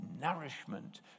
nourishment